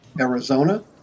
Arizona